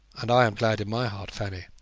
and i am glad in my heart, fanny.